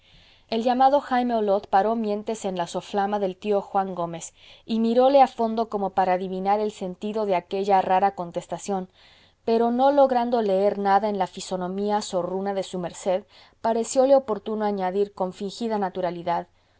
el llamado jaime olot paró mientes en la soflama del tío juan gómez y miróle a fondo como para adivinar el sentido de aquella rara contestación pero no logrando leer nada en la fisonomía zorruna de su merced parecióle oportuno añadir con fingida naturalidad